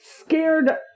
scared